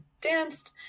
danced